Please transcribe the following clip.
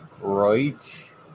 right